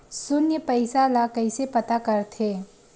शून्य पईसा ला कइसे पता करथे?